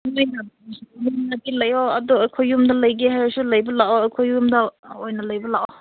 ꯅꯣꯏꯅ ꯂꯩꯅꯤꯡꯉꯗꯤ ꯂꯩꯌꯣ ꯑꯗꯣ ꯑꯩꯈꯣꯏ ꯌꯨꯝꯗ ꯂꯩꯒꯦ ꯍꯥꯏꯔꯁꯨ ꯂꯩꯕ ꯂꯥꯛꯑꯣ ꯑꯩꯈꯣꯏ ꯌꯨꯝꯗ ꯑꯣꯏꯅ ꯂꯩꯕ ꯂꯥꯛꯑꯣ